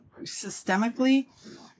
systemically